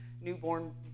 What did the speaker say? newborn